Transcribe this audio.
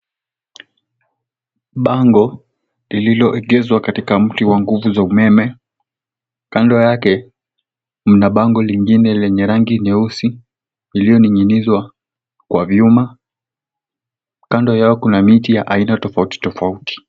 Bango, lililoegezwa katika mti wa nguvu za umeme kando yake lina bango lingine lenye rangi nyeusi iliyoning'inizwa kwa vyuma. Kando yao kuna miti ya aina tofautitofauti.